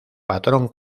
patrón